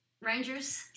Rangers